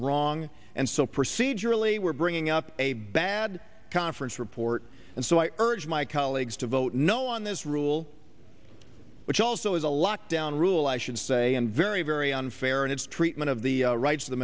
wrong and so procedurally we're bringing up a bad conference report and so i urge my colleagues to vote no on this rule which also is a lockdown rule i should say and very very unfair in its treatment of the rights of the